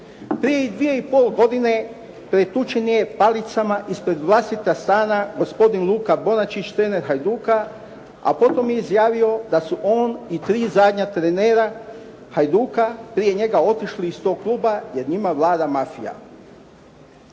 Prije dvije i pol godine pretučen je palicama ispred vlastita stana gospodin Luka Bonačić, trener "Hajduka", a potom je izjavio da su on i tri zadnja trenera "Hajduka" prije njega otišli iz tog kluba, jer njima vlada mafija.